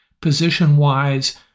position-wise